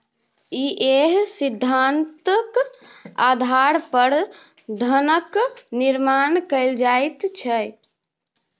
इएह सिद्धान्तक आधार पर धनक निर्माण कैल जाइत छै